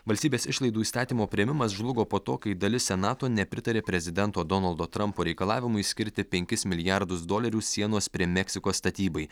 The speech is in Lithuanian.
valstybės išlaidų įstatymo priėmimas žlugo po to kai dalis senato nepritarė prezidento donaldo trampo reikalavimui skirti penkis milijardus dolerių sienos prie meksikos statybai